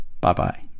Bye-bye